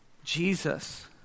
Jesus